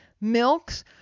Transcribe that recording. milks